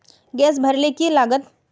Gas भरले की लागत?